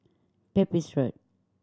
Pepys Road